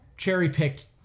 cherry-picked